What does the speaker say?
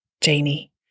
Janie